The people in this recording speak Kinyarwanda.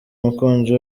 mukunzi